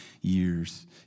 years